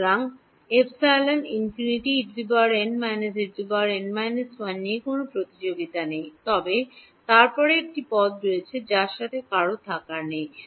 সুতরাংনিয়ে কোনও প্রতিযোগিতা নেই তবে তারপরে একটি পদ রয়েছে যার সাথে কারও থাকার নেই